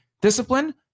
discipline